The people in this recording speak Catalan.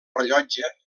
rellotge